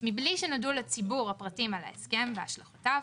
ומבלי שנודעו לציבור הפרטים על ההסכם והשלכותיו,